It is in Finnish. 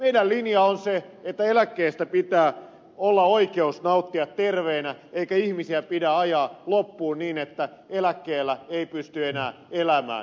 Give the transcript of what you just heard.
meidän linjamme on se että eläkkeestä pitää olla oikeus nauttia terveenä eikä ihmisiä pidä ajaa loppuun niin että eläkkeellä ei pysty enää elämään